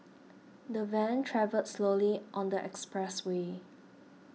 the van travelled slowly on the expressway